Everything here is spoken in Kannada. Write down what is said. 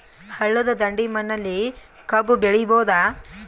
ಹಳ್ಳದ ದಂಡೆಯ ಮಣ್ಣಲ್ಲಿ ಕಬ್ಬು ಬೆಳಿಬೋದ?